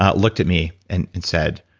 ah looked at me and and said,